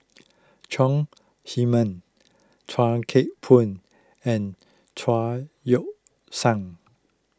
Chong Heman Chuan Keng Boon and Chao Yoke San